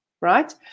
right